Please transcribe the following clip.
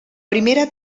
primera